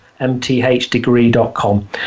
mthdegree.com